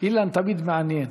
אילן תמיד מעניין.